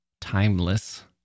timeless